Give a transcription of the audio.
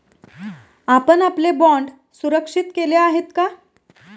आपण आपले बाँड सुरक्षित केले आहेत का?